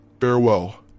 farewell